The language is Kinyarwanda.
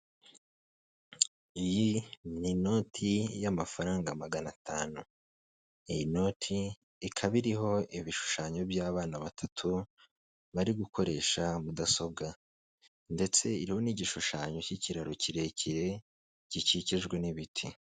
Iyi ni inoti y'amafaranga magana atanu, iyi noti ikaba iriho ibishushanyo by'abana batatu bari gukoresha mudasobwa, ndetse iriho n'igishushanyo cy'ikiraro kirekire gikikijwe n'ibiti.